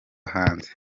hanze